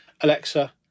Alexa